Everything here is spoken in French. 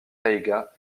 taïga